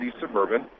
Suburban